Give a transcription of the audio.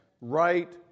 right